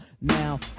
now